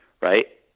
right